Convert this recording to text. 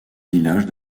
villages